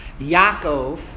Yaakov